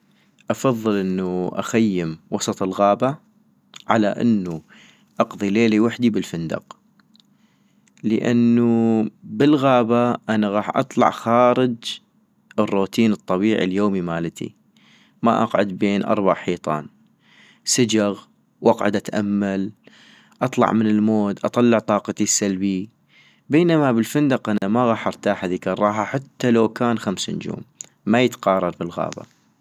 افضل انو اخيم وسط الغابة، على انو اقضي ليلي وحدي بالفندق - لانوو بالغابة انا غاح اطلع خارج الروتين الطبيعي اليومي مالتي، ما قعد بين اربع حيطان، سجغ واقعد اتأمل، اطلع من المود، اطلع طاقتي السلبيي، بينما بالفندق انا ما غاح اطيق ارتاح هذيك الراحة حتى لو كان خمس نجوم ما يتقارن بالغابة